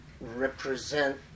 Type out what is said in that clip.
represent